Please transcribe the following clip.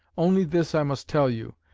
only this i must tell you,